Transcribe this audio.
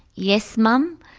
yes, mum'.